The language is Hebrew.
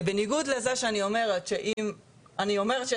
בניגוד לזה שאני אומרת שיש שקיפות,